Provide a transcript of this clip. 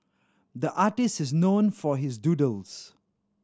the artist is known for his doodles